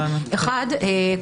דבר אחד,